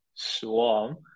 Swarm